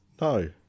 no